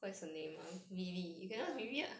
ya